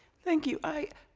thank you. i